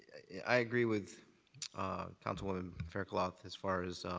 i agree with councilwoman fairclough, um as far as